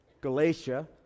Galatia